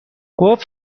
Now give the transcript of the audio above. قفل